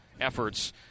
efforts